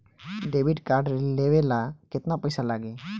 Debit card लेवे ला केतना पईसा लागी?